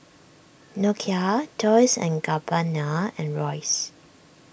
Nokia Dolce and Gabbana and Royce